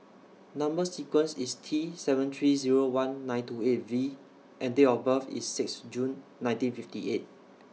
Number sequence IS T seven three Zero one nine two eight V and Date of birth IS six June nineteen fifty eight